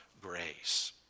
grace